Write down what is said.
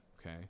okay